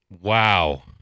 Wow